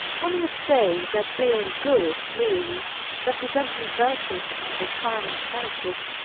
one would say that being good means representing virtuous and aspiring characters,